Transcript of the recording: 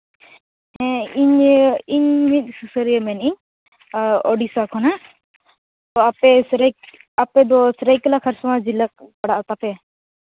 ᱦᱮᱸ ᱤᱧ ᱤᱧ ᱢᱤᱫ ᱥᱩᱥᱟᱹᱨᱤᱭᱟᱹ ᱢᱮᱱᱮᱫᱤᱧ ᱳᱰᱤᱥᱟ ᱠᱷᱚᱱᱟᱜ ᱛᱳ ᱟᱯᱮ ᱥᱮᱨᱮᱜ ᱟᱯᱮ ᱫᱚ ᱥᱚᱨᱟᱭᱠᱮᱞᱟ ᱠᱷᱟᱨᱥᱚᱣᱟ ᱡᱮᱞᱟ ᱯᱟᱲᱟᱜ ᱟᱯᱮ